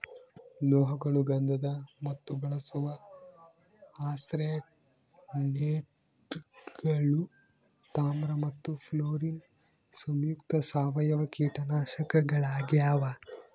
ಲೋಹಗಳು ಗಂಧಕ ಮತ್ತು ಬಳಸುವ ಆರ್ಸೆನೇಟ್ಗಳು ತಾಮ್ರ ಮತ್ತು ಫ್ಲೋರಿನ್ ಸಂಯುಕ್ತ ಸಾವಯವ ಕೀಟನಾಶಕಗಳಾಗ್ಯಾವ